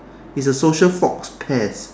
it's a social faux pas